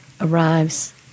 arrives